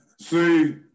see